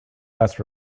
last